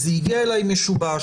זה הגיע אלי משובש,